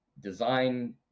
design